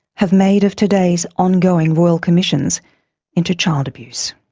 have made of today's ongoing royal commissions into child abuse?